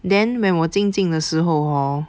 then when 我静静的时候 hor